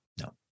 no